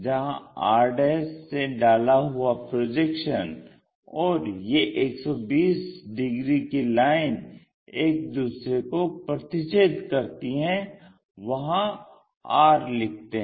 जहां r से डाला हुआ प्रोजेक्शन और ये 120 डिग्री की लाइन एक दूसरे को प्रतिच्छेद करती हैं वहां r लिखते हैं